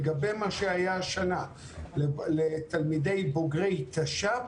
לגבי מה שהיה השנה לבוגרי תש"ף,